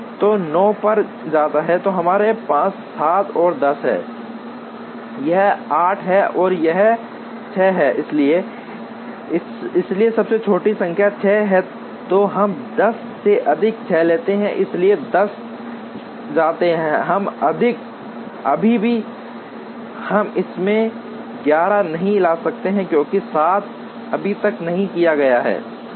तो 9 पर जाता है तो हमारे पास 7 और 10 है संदर्भ समय 2052 यह 8 है और यह 6 है इसलिए सबसे छोटी संख्या 6 है तो हम 10 से अधिक 6 लेते हैं इसलिए 10 जाते हैं हम अभी भी हम इसमें 11 नहीं ला सकते हैं क्योंकि 7 अभी तक नहीं किया गया है